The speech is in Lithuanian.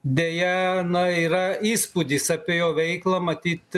deja na yra įspūdis apie jo veiklą matyt